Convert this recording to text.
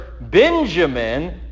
Benjamin